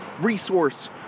resource